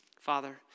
Father